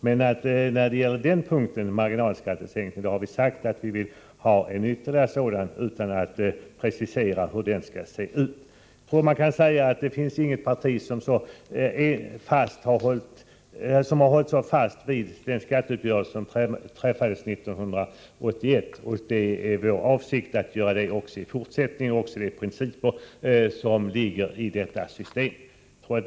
Men när det gäller denna punkt, marginalskattesänkning, har vi sagt att vi vill gå vidare, utan att närmare precisera hur det skulle ske. Man kan nog säga att inget parti har hållit fast vid den 1981 träffade skatteuppgörelsen så hårt som vi. Det är vår avsikt att göra det också i fortsättningen. Det gäller även de principer som ligger till grund för uppgörelsen.